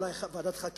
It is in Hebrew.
אולי ועדת חקירה,